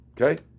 Okay